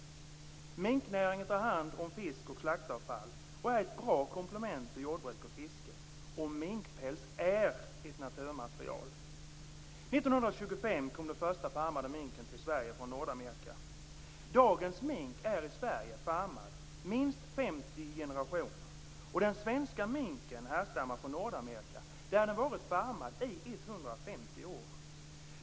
Minknäringen tar hand om fisk och slaktavfall och är ett bra komplement till jordbruk och fiske. Minkpäls är ett naturmaterial. År 1925 kom den första farmade minken till Sverige från Nordamerika. Dagens mink är i Sverige farmad i minst 50 generationer. Den svenska minken härstammar från Nordamerika där den varit farmad i 150 år.